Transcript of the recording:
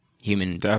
Human